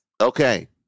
Okay